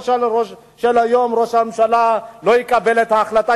של היום ראש הממשלה לא יקבל את ההחלטה?